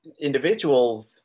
Individuals